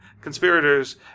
conspirators